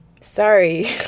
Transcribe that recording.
sorry